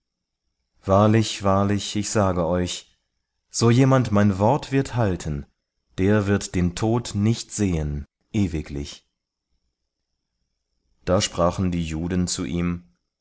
wahrlich wahrlich ich sage euch so jemand mein wort wird halten der wird den tod nicht sehen ewiglich da sprachen die juden zu ihm